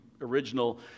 original